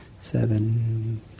seven